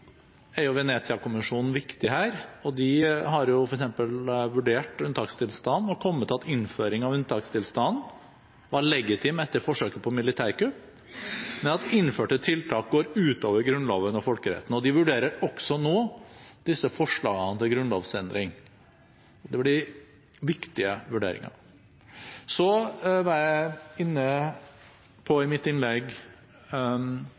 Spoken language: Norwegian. er jo et tegn på at det er veldig mange i Tyrkia som føler at deres rettigheter ikke respekteres. Som jeg også sa i mitt innlegg, er Venezia-kommisjonen viktig her, og de har f.eks. vurdert unntakstilstanden og kommet til at innføringen av unntakstilstand etter forsøket på militærkupp var legitim, men at innførte tiltak går utover Grunnloven og folkeretten. De vurderer nå også disse forslagene